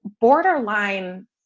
borderline